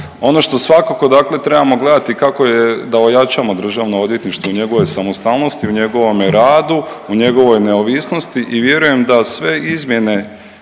Ono što svakako dakle trebamo gledati kako da ojačamo Državno odvjetništvo i njegove samostalnosti u njegovome radu, u njegovoj neovisnosti i vjerujem da sve izmjene